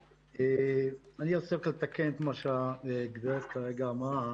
אני רוצה לתקן את מה שאמרה הגברת כרגע.